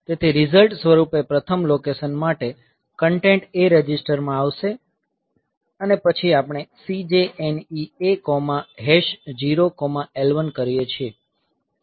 તેથી રીઝલ્ટ સ્વરૂપે પ્રથમ લોકેશન માટે કન્ટેન્ટ A રજિસ્ટરમાં આવશે અને પછી આપણે CJNE A0L1 કરીએ છીએ